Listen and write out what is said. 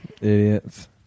idiots